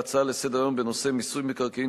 בהצעה לסדר-היום בנושא: מיסוי מקרקעין